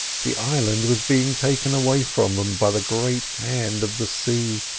the island was being taken away from them by the great hand of the sea.